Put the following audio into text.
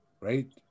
Right